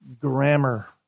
grammar